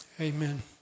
amen